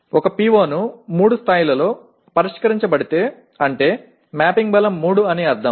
ఒక PO ను 3 స్థాయిలో పరిష్కరించబడితే అంటే మ్యాపింగ్ బలం 3 అని అర్ధం